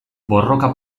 borroka